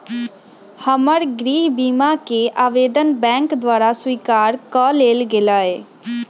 हमर गृह बीमा कें आवेदन बैंक द्वारा स्वीकार कऽ लेल गेलय